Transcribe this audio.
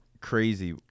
crazy